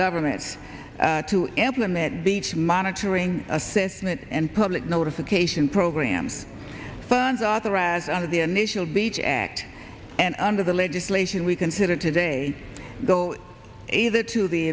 government to implement beach monitoring assessment and public notification programs firms authorized under the initial beach act and under the legislation we considered today go either to the